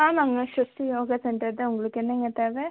ஆமாம்ங்க ஷக்தி யோகா சென்டர் தான் உங்களுக்கு என்னங்க தேவை